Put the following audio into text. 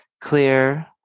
clear